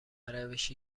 روشی